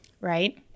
Right